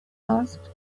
asked